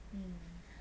mmhmm